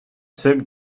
silk